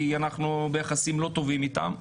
כי אנחנו ביחסים לא טובים איתם.